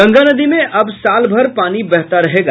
गंगा नदी में अब साल भर पानी बहता रहेगा